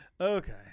Okay